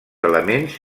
elements